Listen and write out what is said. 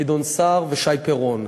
גדעון סער ושי פירון.